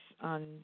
on